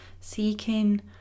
seeking